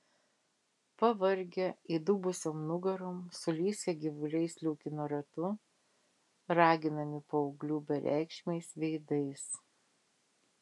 pavargę įdubusiom nugarom sulysę gyvuliai sliūkino ratu raginami paauglių bereikšmiais veidais